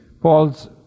Paul's